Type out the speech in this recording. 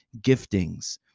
giftings